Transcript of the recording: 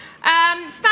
stand